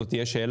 זאת תהיה השאלה,